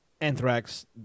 Anthrax